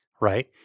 right